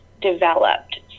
developed